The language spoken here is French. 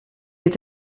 est